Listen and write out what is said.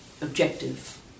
objective